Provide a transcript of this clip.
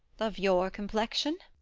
of your complexion.